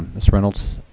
ms reynolds.